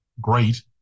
Great